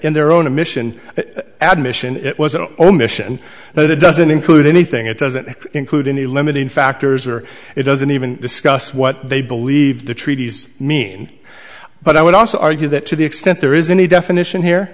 in their own admission admission it was an omission but it doesn't include anything it doesn't include any limiting factors or it doesn't even discuss what they believe the treaties mean but i would also argue that to the extent there is any definition here